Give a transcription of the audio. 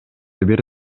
бир